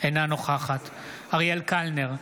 אינה נוכחת אריאל קלנר,